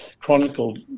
chronicled